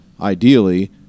ideally